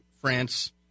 France